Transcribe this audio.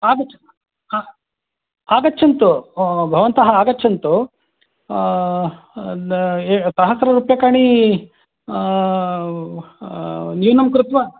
आगच्छतु आगच्छन्तु भवन्तः आगच्छन्तु ए सहस्ररूप्रकाणि न्यूनं कृत्वा